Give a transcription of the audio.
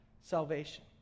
salvation